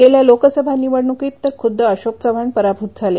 गेल्या लोकसभा निवडणुकीत तर खुद्द अशोक चव्हाण पराभूत झाले